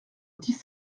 dix